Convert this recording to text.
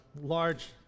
large